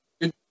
Good